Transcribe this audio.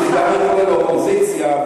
אופוזיציה,